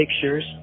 pictures